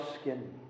skin